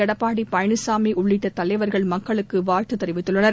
எடப்பாடி பழனிசாமி உள்ளிட்ட தலைவர்கள் மக்களுக்கு வாழ்த்து தெரிவித்துள்ளனர்